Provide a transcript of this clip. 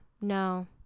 no